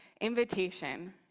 invitation